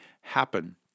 happen